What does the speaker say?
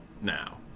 now